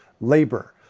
labor